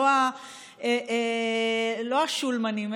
לא השולמנים,